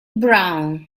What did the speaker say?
brown